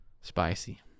spicy